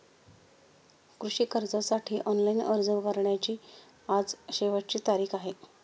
कृषी कर्जासाठी ऑनलाइन अर्ज करण्याची आज शेवटची तारीख आहे